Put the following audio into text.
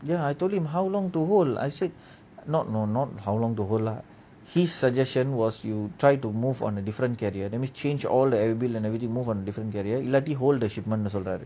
ya I told him how long to hold I said not no not how long to hold lah his suggestion was you try to move on a different carrier that means change all and everything move all to a different carrier இல்லாட்டி:illati hold the shipment also lah